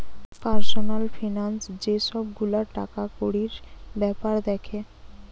personal finance যে সব গুলা টাকাকড়ির বেপার দ্যাখে